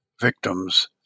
victims